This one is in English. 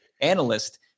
analyst